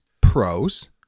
pros